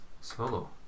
Solo